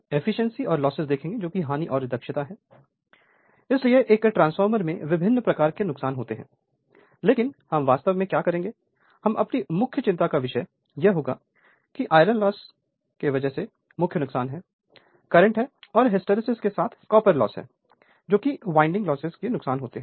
Refer Slide Time 1311 अब हानि और दक्षता इसलिए एक ट्रांसफार्मर में विभिन्न प्रकार के नुकसान होते हैं लेकिन हम वास्तव में क्या करेंगे हम अपनी मुख्य चिंता का विषय यह होगा कि लोहे की हानि जो मुख्य नुकसान है जो कि करंट है और हिस्टैरिसीस एक साथ हैं और कॉपर लॉस I2 है घुमावदार प्रतिरोध में नुकसान